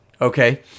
Okay